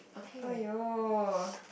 !aiyo!